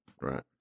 Right